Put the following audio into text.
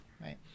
right